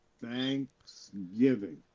Thanksgiving